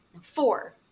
four